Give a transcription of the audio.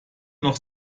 noch